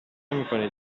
نمیکنی